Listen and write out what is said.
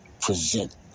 present